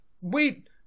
Wait